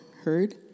heard